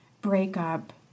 breakup